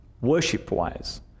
worship-wise